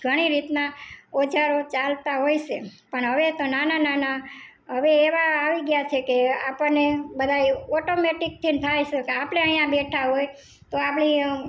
ઘણી રીતના ઓજારો ચાલતાં હોય છે પણ હવે તો નાના નાના હવે એવા આવી ગયાં છે કે આપણને બધાય ઓટોમેટિક થિન થાય સે કે આપણે અહીં બેઠાં હોય તો આપણી